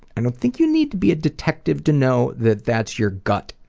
i don't think you need to be a detective to know that that's your gut